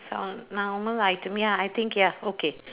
sound to me ya I think ya okay